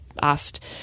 asked